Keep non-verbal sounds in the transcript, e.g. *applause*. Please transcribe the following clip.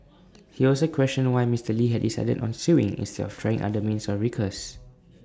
*noise* he also questioned why Mister lee had decided on suing instead of trying other means of recourse